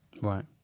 Right